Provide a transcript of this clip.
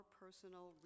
personal